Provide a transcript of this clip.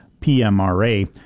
PMRA